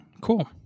Cool